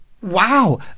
Wow